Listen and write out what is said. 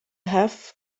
have